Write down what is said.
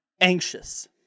anxious